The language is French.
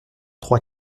trois